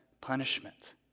punishment